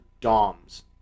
DOMS